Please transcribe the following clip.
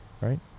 Right